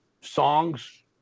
songs